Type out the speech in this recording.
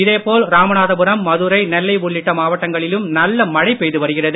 இதேபோல் ராமநாதபுரம் மதுரை நெல்லை உள்ளிட்ட மாவட்டங்களிலும் நல்ல மழை பெய்து வருகிறது